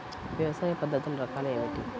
వ్యవసాయ పద్ధతులు రకాలు ఏమిటి?